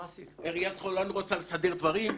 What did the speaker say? עיריית חולון רוצה לסדר דברים,